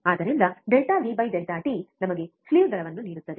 ಆದ್ದರಿಂದ delta V delta T ನಮಗೆ slew ದರವನ್ನು ನೀಡುತ್ತದೆ